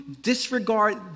disregard